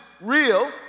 real